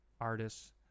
artists